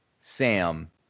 Sam